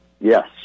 Yes